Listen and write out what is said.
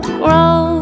grow